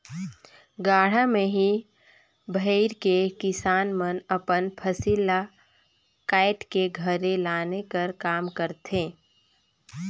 गाड़ा मे ही भइर के किसान मन अपन फसिल ल काएट के घरे लाने कर काम करथे